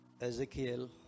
Ezekiel